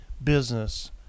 business